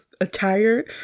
attire